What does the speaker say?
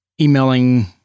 emailing